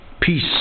peace